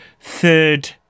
third